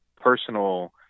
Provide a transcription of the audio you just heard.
personal